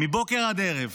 מבוקר עד ערב,